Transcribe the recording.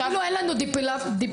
אין לנו דפיברילטור.